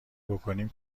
بکنیم